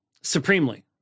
supremely